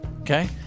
Okay